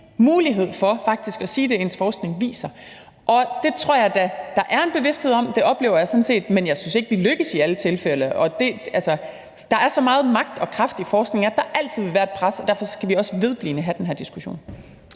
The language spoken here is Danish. mulighed for faktisk at sige det, ens forskning viser. Det tror jeg da der er en bevidsthed om, og det oplever jeg sådan set, men jeg synes ikke, vi lykkes i alle tilfælde. Der er så meget magt og kraft i forskning, at der altid vil være et pres, og derfor skal vi også vedblivende have den her diskussion.